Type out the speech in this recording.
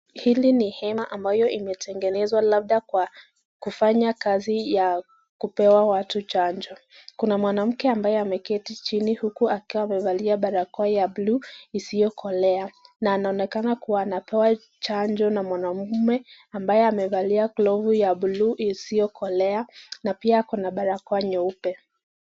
Hili ni hema ambayo imetengenezwa labda kwa kufanya kazi ya kupea watu chanjo. Kuna mwanamke ambaye ameketi chini huku akiwa amevalia ya blue iliyokolea na anaonekana kuwa anapewa chanjo na mwanaume ambaye amevalia glovu ya blue iliyokolea na pia nabarakoa iliyo nyeupe.